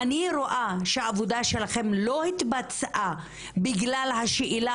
אני רואה שהעבודה שלכם לא התבצעה בגלל השאלה